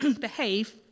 behave